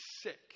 sick